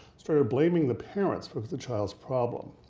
started blaming the parents for the child's problem.